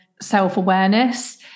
self-awareness